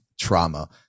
trauma